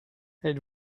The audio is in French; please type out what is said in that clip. êtes